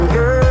Girl